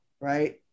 right